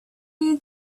you